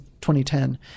2010